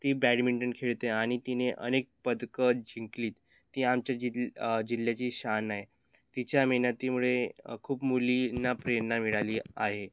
ती बॅडमिंटन खेळते आणि तिने अनेक पदकं जिंकली आहेत ती आमच्या जिल जिल्ह्याची शान आहे तिच्या मेहनतीमुळे खूप मुलींना प्रेरणा मिळाली आहे